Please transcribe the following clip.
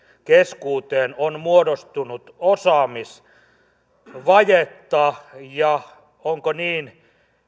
keskuuteen on muodostunut osaamisvajetta ja onko niin